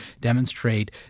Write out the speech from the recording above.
demonstrate